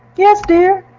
yes, dear.